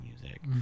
music